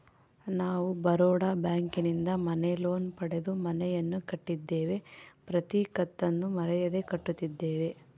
ನಾವು ಬರೋಡ ಬ್ಯಾಂಕಿನಿಂದ ಮನೆ ಲೋನ್ ಪಡೆದು ಮನೆಯನ್ನು ಕಟ್ಟಿದ್ದೇವೆ, ಪ್ರತಿ ಕತ್ತನ್ನು ಮರೆಯದೆ ಕಟ್ಟುತ್ತಿದ್ದೇವೆ